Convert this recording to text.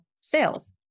sales